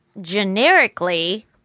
generically